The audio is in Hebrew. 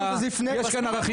יש כאן ערכים